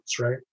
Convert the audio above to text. right